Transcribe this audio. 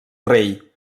rei